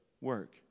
work